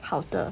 好的